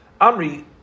Amri